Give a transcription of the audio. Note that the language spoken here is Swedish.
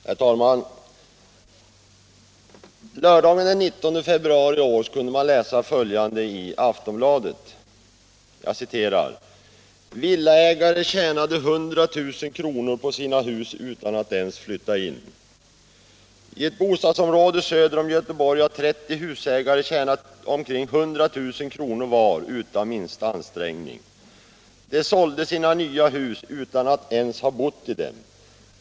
Herr talman! Lördagen den 19 februari i år kunde man läsa följande i Aftonbladet: ”Villaägare tjänade 100 000 kr. på sina hus — utan att ens flytta in. I ett bostadsområde söder om Göteborg har 30 husägare tjänat omkring 100 000 kronor var utan minsta ansträngning. De sålde sina nya hus utan att ens ha bott i dem.